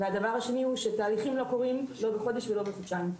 והדבר השני הוא שתהליכים לא קורים לא בחודש ולא בחודשיים,